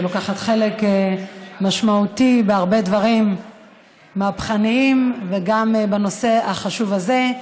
שלוקחת חלק משמעותי בהרבה דברים מהפכניים וגם בנושא החשוב הזה,